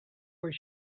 where